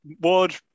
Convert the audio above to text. Ward